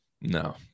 No